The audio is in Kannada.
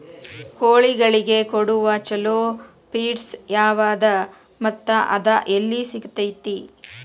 ಕೋಳಿಗಳಿಗೆ ಕೊಡುವ ಛಲೋ ಪಿಡ್ಸ್ ಯಾವದ ಮತ್ತ ಅದ ಎಲ್ಲಿ ಸಿಗತೇತಿ?